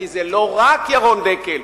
כי זה לא רק ירון דקל,